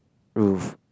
roof